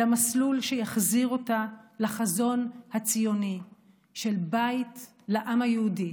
המסלול שיחזיר אותה אל החזון הציוני של בית לעם היהודי